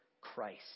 christ